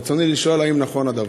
רצוני לשאול: האם נכון הדבר?